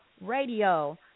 Radio